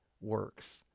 works